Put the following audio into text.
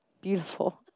beautiful